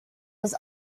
was